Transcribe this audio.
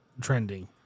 Trending